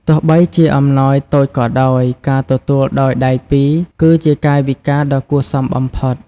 ទោះបីជាអំណោយតូចក៏ដោយ ការទទួលដោយដៃពីរគឺជាកាយវិការដ៏គួរសមបំផុត។